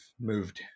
moved